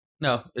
No